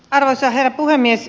arvoisa herra puhemies